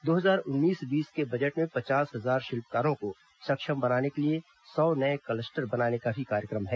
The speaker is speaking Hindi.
दो हजार उन्नीस बीस के बजट में पचास हजार शिल्पकारों को सक्षम बनाने के लिए सौ नये क्लस्टर बनाने का भी कार्यक्रम है